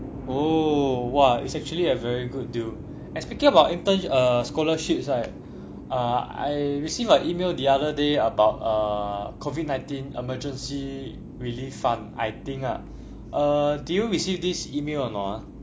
oh !wah! it's actually a very good deal speaking about interns or scholarships I uh I received an email the other day about err COVID nineteen emergency relief fund I think ah err do you receive this email or not ah